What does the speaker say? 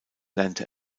lernte